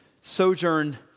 sojourn